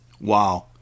wow